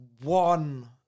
one